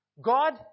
God